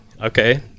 Okay